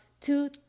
two